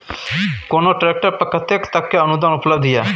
कोनो ट्रैक्टर पर कतेक तक के अनुदान उपलब्ध ये?